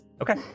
Okay